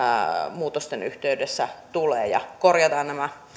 muutosten yhteydessä tulee ja korjataan